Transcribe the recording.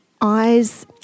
eyes